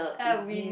uh wind